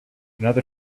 another